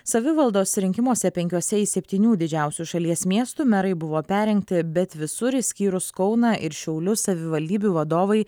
savivaldos rinkimuose penkiuose iš septynių didžiausių šalies miestų merai buvo perrinkti bet visur išskyrus kauną ir šiaulius savivaldybių vadovai